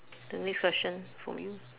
the next question from you